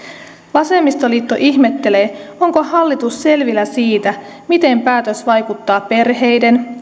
vasemmistoliitto ihmettelee onko hallitus selvillä siitä miten päätös vaikuttaa perheiden